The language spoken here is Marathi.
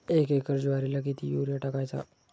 एक एकर ज्वारीला किती युरिया टाकायचा?